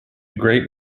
great